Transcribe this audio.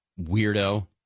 Weirdo